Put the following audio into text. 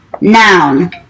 Noun